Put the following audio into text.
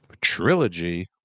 Trilogy